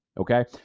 okay